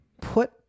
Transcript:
put